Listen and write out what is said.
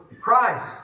Christ